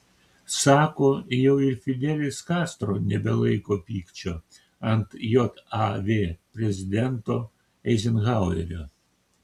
sako jau ir fidelis kastro nebelaiko pykčio ant jav prezidento eizenhauerio